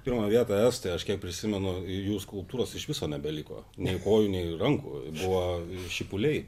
pirmą vietą estai aš kiek prisimenu jų skulptūros iš viso nebeliko nei kojų nei rankų buvo šipuliai